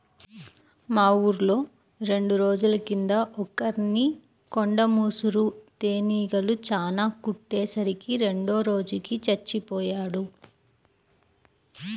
మా ఊర్లో రెండు రోజుల కింద ఒకర్ని కొండ ముసురు తేనీగలు చానా కుట్టే సరికి రెండో రోజుకి చచ్చిపొయ్యాడు